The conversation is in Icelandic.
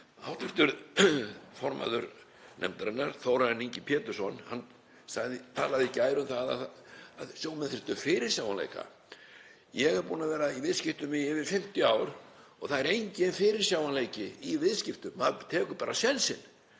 Hv. formaður nefndarinnar, Þórarinn Ingi Pétursson, talaði í gær um það að sjómenn þyrftu fyrirsjáanleika. Ég er búinn að vera í viðskiptum í yfir 50 ár og það er enginn fyrirsjáanleiki í viðskiptum. Maður tekur bara sénsinn